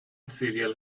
serial